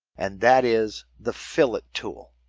and that is the fillet tool.